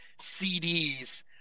CDs